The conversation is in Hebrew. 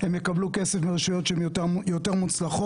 יקבלו כסף מרשויות שהן יותר מוצלחות.